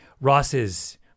Ross's